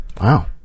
Wow